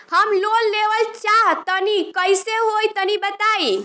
हम लोन लेवल चाहऽ तनि कइसे होई तनि बताई?